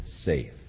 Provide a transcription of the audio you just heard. safe